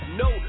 no